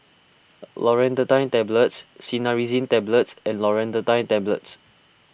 Loratadine Tablets Cinnarizine Tablets and Loratadine Tablets